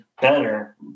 better